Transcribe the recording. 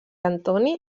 antoni